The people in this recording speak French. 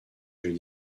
jeux